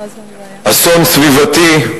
אסון סביבתי,